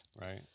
right